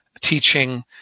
teaching